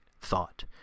thought